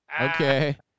Okay